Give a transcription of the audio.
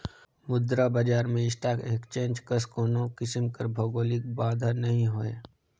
मुद्रा बजार में स्टाक एक्सचेंज कस कोनो किसिम कर भौगौलिक बांधा नी होए